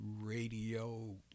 radio